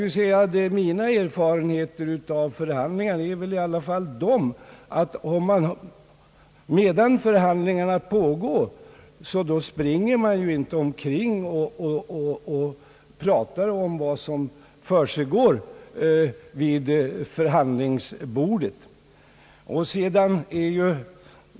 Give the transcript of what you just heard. Ja, mina erfarenheter av förhandlingar är i alla fall att medan förhandlingar pågår springer man inte omkring och pratar om vad som försiggår vid förhandlingsbordet.